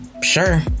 Sure